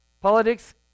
Politics